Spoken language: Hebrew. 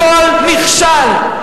הכול נכשל,